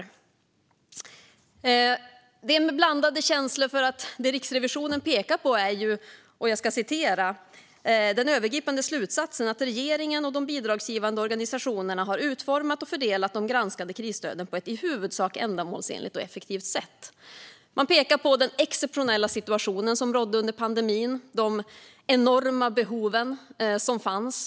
Jag står här med blandade känslor, för Riksrevisionen pekar i sin övergripande slutsats på att "regeringen och de bidragsgivande organisationerna har utformat och fördelat de granskade krisstöden på ett i huvudsak ändamålsenligt och effektivt sätt". Man pekar på den exceptionella situation som rådde under pandemin och på de enorma behov som fanns.